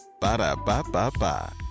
Ba-da-ba-ba-ba